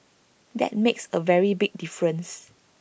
that makes A very big difference